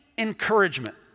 encouragement